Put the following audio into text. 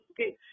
Okay